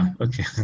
okay